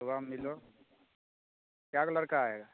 सुबहमे मिलो कै गो लड़का हइ